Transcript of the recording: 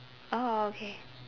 oh okay